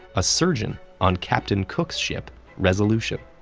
a surgeon on captain cook's ship resolution.